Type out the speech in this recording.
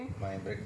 twelve